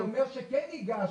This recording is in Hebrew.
אני אומר שכן ייגש,